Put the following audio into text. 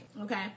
Okay